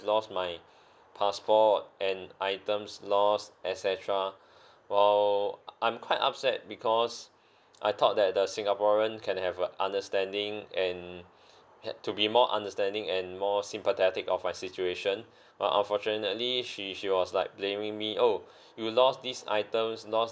lost my passport and items lost et cetera while I'm quite upset because I thought that the singaporean can have a understanding and had to be more understanding and more sympathetic of my situation but unfortunately she she was like blaming me oh you lost these items lost